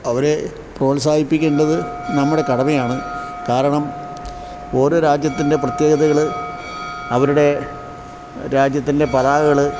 അവരെ പ്രോത്സാഹിപ്പിക്കേണ്ടത് നമ്മുടെ കടമയാണ് കാരണം ഓരോ രാജ്യത്തിൻ്റെ പ്രത്യേകതകള് അവരുടെ രാജ്യത്തിൻ്റെ പതാകകള്